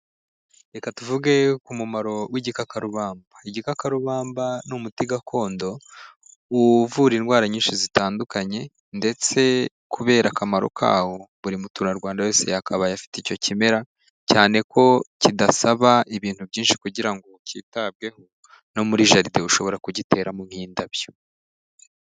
Reka tuvuge ku mumaro w'igikakarubamba. Igikakarubamba ni umuti gakondo uvura indwara nyinshi zitandukanye ndetse kubera akamaro kawo buri muturarwanda wese yakabaye afite icyo kimera, cyane ko kidasaba ibintu byinshi kugira ngo kitabweho no muri jaride ushobora kugiteramo nk'indabyo.